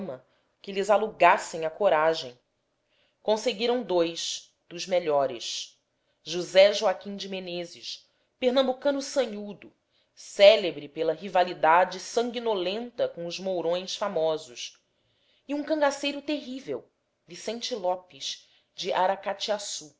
que lhes alugassem a coragem conseguiram dous dos melhores josé joaquim de meneses pernambucano sanhudo célebre pela rivalidade sanguinolenta com os mourões famosos e um cangaceiro terrível vicente lopes de aracatiaçu